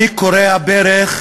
אני כורע ברך